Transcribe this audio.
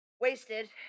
Wasted